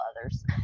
others